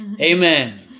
Amen